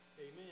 Amen